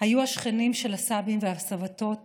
היו השכנים של הסבים והסבתות